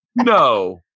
no